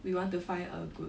we want to find a good